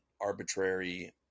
arbitrary